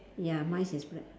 ya mine is black